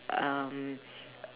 um